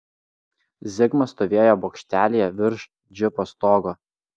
zigmas stovėjo bokštelyje virš džipo stogo